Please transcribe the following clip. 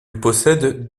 possède